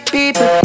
People